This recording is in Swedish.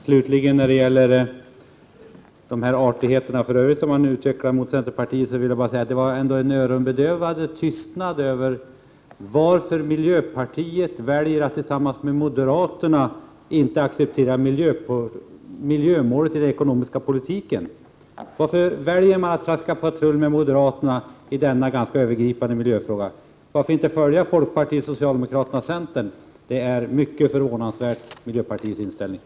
Slutligen när det gäller de artigheter mot centerpartiet som Carl Frick i övrigt utvecklar vill jag bara säga att det var ändå en öronbedövande tystnad om varför miljöpartiet väljer att tillsammans med moderaterna inte acceptera miljömålet i den ekonomiska politiken. Varför väljer miljöpartiet att traska patrull med moderaterna i denna övergripande miljöfråga? Varför inte följa folkpartiet, socialdemokraterna och centern? Miljöpartiets inställning är mycket förvånansvärd.